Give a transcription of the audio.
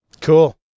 Cool